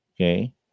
Okay